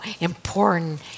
important